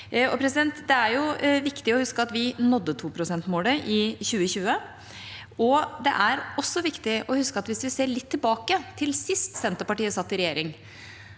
Det er viktig å huske at vi nådde 2-prosentmålet i 2020, og det er også viktig å huske at hvis vi ser litt tilbake til sist Senterpartiet satt i regjering,